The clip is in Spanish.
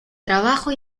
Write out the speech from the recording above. trabajo